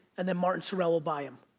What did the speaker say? and then martin sorrell will buy em.